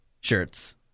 shirts